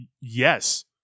yes